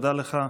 תודה לך.